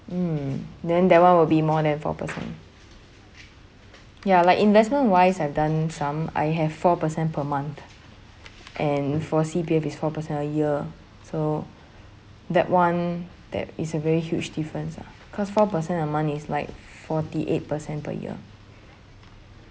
mm then that one will be more than four percent ya like investment wise I've done some I have four percent per month and for C_P_F it's four percent a year so that one that is a very huge difference ah cause four percent a month is like forty-eight percent per year